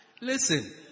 Listen